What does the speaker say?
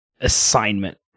assignment